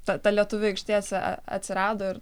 ta ta lietuvių aikštėse a atsirado ir